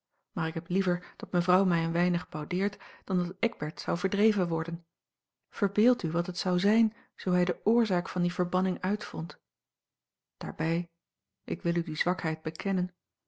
maar ik heb liever dat mevrouw mij een weinig boudeert dan dat eckbert zou verdreven worden verbeeld u wat het zou zijn zoo hij de oorzaak van die verbanning uitvond daarbij ik wil u die zwakheid bekennen